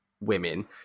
women